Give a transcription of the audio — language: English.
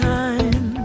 time